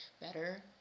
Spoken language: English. better